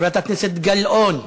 חברת הכנסת גלאון,